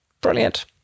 Brilliant